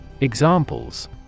Examples